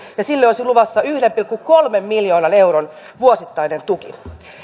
ja sille olisi luvassa yhden pilkku kolmen miljoonan euron vuosittainen tuki